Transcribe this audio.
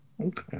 Okay